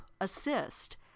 assist